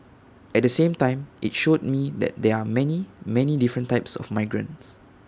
at the same time IT showed me that there are many many different types of migrants